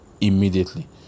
immediately